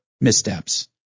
missteps